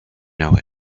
know